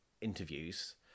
interviews